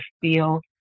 feel